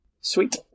Sweet